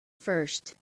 first